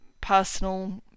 personal